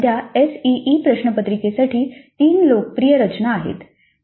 भारतात सध्या एसईई प्रश्नपत्रिकेसाठी 3 लोकप्रिय रचना आहेत